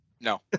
no